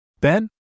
Ben